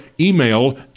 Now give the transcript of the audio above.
email